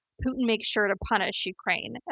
putin makes sure to punish ukraine,